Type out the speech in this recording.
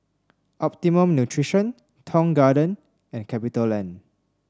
Optimum Nutrition Tong Garden and Capitaland